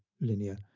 linear